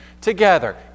together